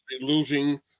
losing